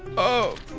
oh